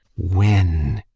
when?